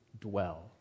dwell